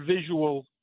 visual